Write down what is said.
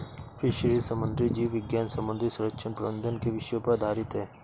fisheries समुद्री जीव विज्ञान समुद्री संरक्षण प्रबंधन के विषयों पर आधारित है